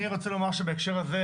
אני רוצה לומר שבהקשר הזה,